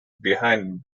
behind